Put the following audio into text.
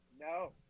no